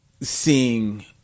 seeing